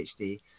PhD